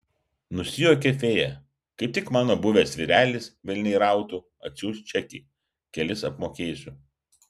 nusijuokė fėja kai tik mano buvęs vyrelis velniai rautų atsiųs čekį kelis apmokėsiu